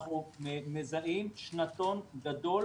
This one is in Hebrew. אנחנו מזהים שנתון גדול